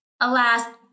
Alas